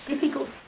difficult